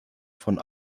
von